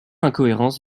incohérence